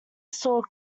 saw